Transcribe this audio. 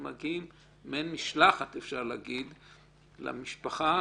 והגיעה מעין משלחת להודיע למשפחה,